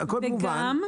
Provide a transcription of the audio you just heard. הכל מובן,